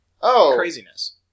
craziness